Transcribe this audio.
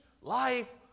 life